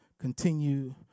continue